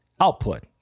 output